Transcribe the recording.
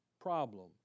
problem